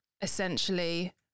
essentially